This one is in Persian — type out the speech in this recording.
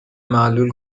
معلول